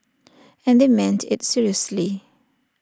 and they meant IT seriously